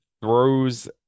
throws